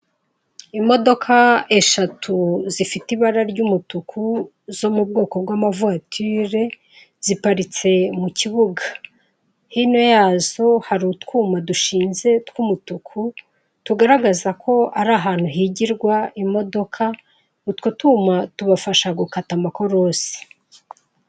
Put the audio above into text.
Imodoka eshatu zifite ibara ry'umutuku zo mu bwoko bw'ama voiture ziparitse mu kibugahino yazo hari utwuma dushinze tw'umutuku tugaragaza ko ari ahantu higirwa imodoka utwo tuyuma tubafasha gukata amakorosi.